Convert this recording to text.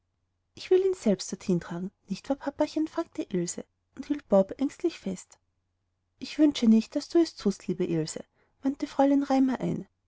ich will ihn selbst dorthin tragen nicht wahr papachen fragte ilse und hielt bob ängstlich fest ich wünsche nicht daß du es thust liebe ilse wandte fräulein raimar ein